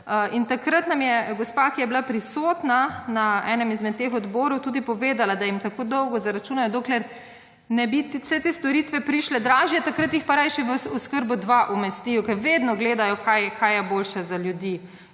In takrat nam je gospa, ki je bila prisotna na enem izmed teh odborov, tudi povedala, da jim tako dolgo zaračunajo, dokler nebi vse te storitve prišle dražje. Takrat jih pa rajše v oskrbo dva umestijo, ker vedno gledajo, kaj je boljše za ljudi.